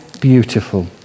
beautiful